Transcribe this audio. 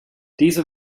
diese